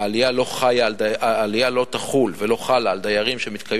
העלייה לא תחול ולא חלה על דיירים שמתקיימים